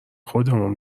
خودمون